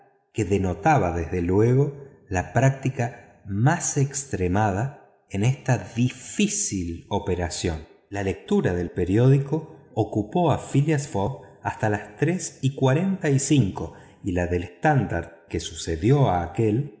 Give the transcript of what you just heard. que denotaba desde luego la práctica más extremada en esta difícil operación la lectura del periódico ocupó a phileas fogg hasta las tres y cuarenta y cinco y la del standard que sucedió a aquél